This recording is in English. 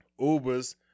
Ubers